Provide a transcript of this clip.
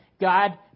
God